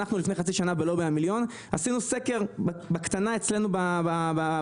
אנחנו לפני חצי שנה בלובי המיליון עשינו סקר בקטנה אצלנו בקהילה.